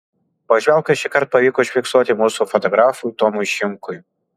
pažvelk ką šį kartą pavyko užfiksuoti mūsų fotografui tomui šimkui